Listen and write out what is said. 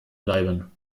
bleiben